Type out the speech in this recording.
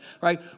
Right